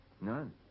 None